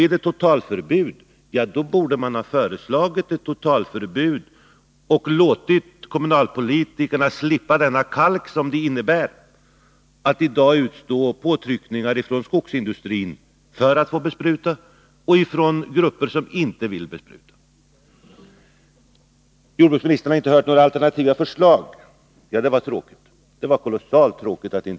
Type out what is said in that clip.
Är det ett totalförbud, då borde man föreslagit ett totalförbud och låtit kommunalpolitikerna slippa denna kalk, slippa att i dag utstå påtryckningar från skogsindustrin för att få bespruta och ifrån andra grupper som inte vill att man skall bespruta. Jordbruksministern har inte hört några alternativa förslag. Det var kolossalt tråkigt.